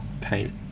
paint